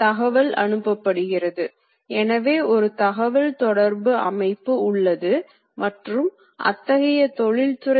இரண்டாவதாக விரைவான அறுக்கும் செயலுக்கு இவை வேகம் போன்ற அளவுகளால் வேண்டும்